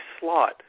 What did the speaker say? slot